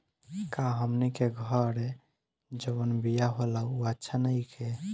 का हमनी के घरे जवन बिया होला उ अच्छा नईखे?